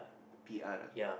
P_R ah